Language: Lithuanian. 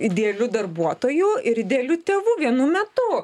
idealių darbuotojų ir idealių tėvų vienu metu